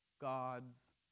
God's